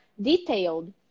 detailed